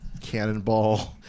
Cannonball